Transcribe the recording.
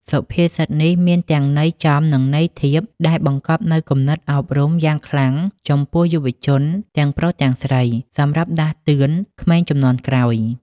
សុភាសិតនេះមានទាំងន័យចំ និងន័យធៀប ដែលបង្កប់នូវគំនិតអប់រំយ៉ាងខ្លាំងចំពោះយុវជនទាំងប្រុសទាំងស្រី សម្រាប់ដាស់តឿនក្មេងជំនាន់ក្រោយ។